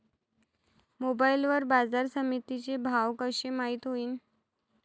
Mobile वर बाजारसमिती चे भाव कशे माईत होईन?